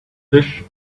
fish